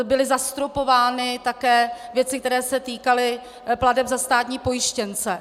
Byly zastropovány také věci, které se týkaly plateb za státní pojištěnce.